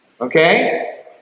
Okay